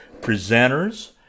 presenters